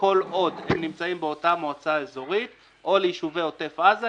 כל עוד הם נמצאים באותה מועצה איזורית או ליישובי עוטף עזה,